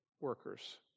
workers